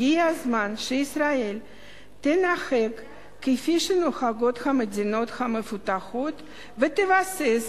הגיע הזמן שישראל תנהג כפי שנוהגות המדינות המפותחות ותבסס